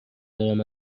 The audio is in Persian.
دارم